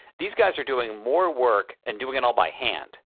these guys are doing more work and doing it all by hand.